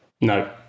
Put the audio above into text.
No